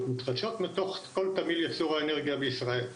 מתחדשות מתוך כל תמהיל ייצור האנרגיה בישראל.